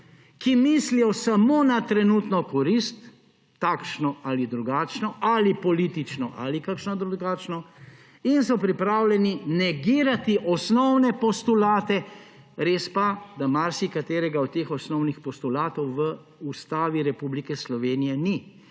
ki mislijo samo na trenutno korist, takšno ali drugačno – ali politično ali kakšno drugačno –, in so pripravljeni negirati osnovne postulate. Res pa, da marsikaterega od teh osnovnih postulatov v Ustavi Republike Slovenije ni